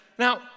Now